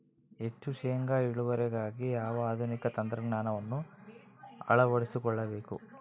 ಹೆಚ್ಚು ಶೇಂಗಾ ಇಳುವರಿಗಾಗಿ ಯಾವ ಆಧುನಿಕ ತಂತ್ರಜ್ಞಾನವನ್ನು ಅಳವಡಿಸಿಕೊಳ್ಳಬೇಕು?